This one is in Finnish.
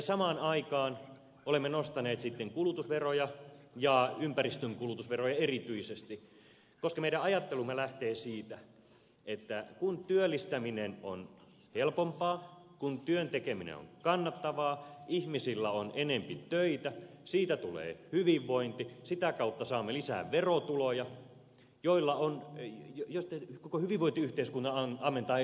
samaan aikaan olemme nostaneet sitten kulutusveroja ja ympäristön kulutusveroja erityisesti koska meidän ajattelumme lähtee siitä että kun työllistäminen on helpompaa kun työn tekeminen on kannattavaa ihmisillä on enempi töitä siitä tulee hyvinvointi sitä kautta saamme lisää verotuloja joista koko hyvinvointiyhteiskunta ammentaa elinvoimansa